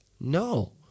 No